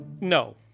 No